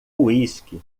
uísque